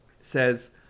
says